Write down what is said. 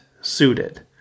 suited